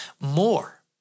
more